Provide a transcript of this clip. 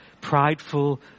prideful